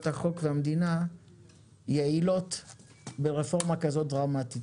החוק במדינה יעילות ברפורמה כזאת דרמטית.